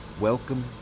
Welcome